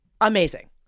amazing